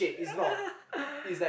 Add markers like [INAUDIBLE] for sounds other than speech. [LAUGHS]